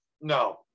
No